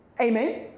Amen